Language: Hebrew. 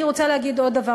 אני רוצה להגיד עוד דבר,